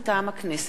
מטעם הכנסת: